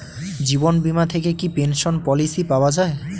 জীবন বীমা থেকে কি পেনশন পলিসি পাওয়া যায়?